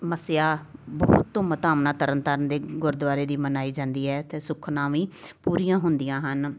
ਮੱਸਿਆ ਬਹੁਤ ਧੂਮ ਧਾਮ ਨਾਲ ਤਰਨ ਤਾਰਨ ਦੇ ਗੁਰਦੁਆਰੇ ਦੀ ਮਨਾਈ ਜਾਂਦੀ ਹੈ ਅਤੇ ਸੁੱਖਨਾ ਵੀ ਪੂਰੀਆਂ ਹੁੰਦੀਆਂ ਹਨ